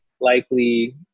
likely